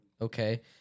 okay